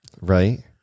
Right